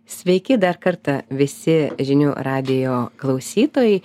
sveiki dar kartą visi žinių radijo klausytojai